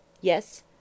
Yes